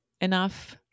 enough